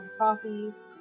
toffees